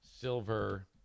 Silver